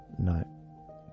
no